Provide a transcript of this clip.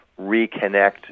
reconnect